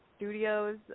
studios